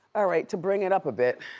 all right, to bring it up a bit.